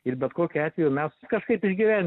ir bet kokiu atveju mes kažkaip išgyven